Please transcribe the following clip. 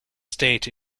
state